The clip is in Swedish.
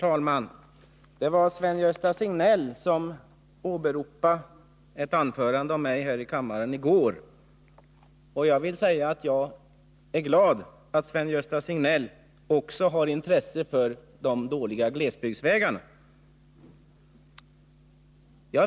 Herr talman! Sven-Gösta Signell åberopade ett anförande av mig här i kammaren i går. Jag är glad att Sven-Gösta Signell också har intresse för de dåliga glesbygdsvägarna.